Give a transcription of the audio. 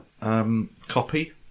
copy